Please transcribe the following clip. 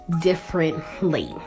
differently